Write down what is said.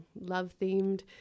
love-themed